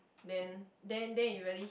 then then then it really hit